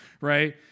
right